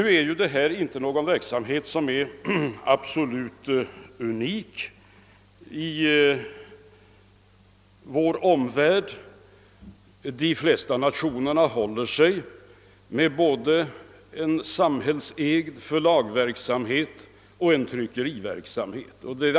Denna verksamhet är inte absolut unik i vår omvärld. De flesta nationer håller sig både med samhällsägd förlagsverksamhet och samhällsägd tryckeriverksamhet.